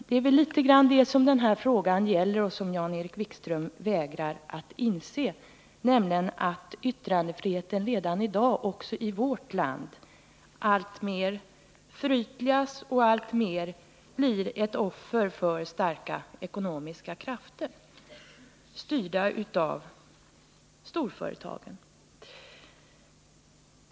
Det är väl i någon mån det som denna fråga gäller och som Jan-Erik Wikström vägrar inse, nämligen att yttrandefriheten redan i dag också i vårt land alltmer förytligas och alltmer blir ett offer för starka ekonomiska krafter, styrda av storföretagen.